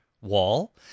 wall